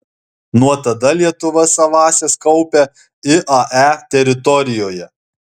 nuo tada lietuva savąsias kaupia iae teritorijoje